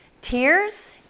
tears